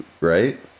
right